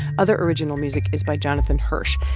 other original music is by jonathan hirsch.